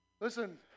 Listen